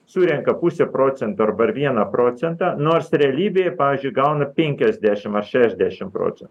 surenka pusę procento arba ir vieną procentą nors realybėj pavyzdžiui gauna penkiasdešimt ar šešiasdešimt procentų